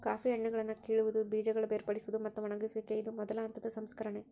coffee ಹಣ್ಣುಗಳನ್ನಾ ಕೇಳುವುದು, ಬೇಜಗಳ ಬೇರ್ಪಡಿಸುವುದು, ಮತ್ತ ಒಣಗಿಸುವಿಕೆ ಇದು ಮೊದಲ ಹಂತದ ಸಂಸ್ಕರಣೆ